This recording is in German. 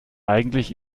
eigentlich